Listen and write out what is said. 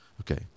Okay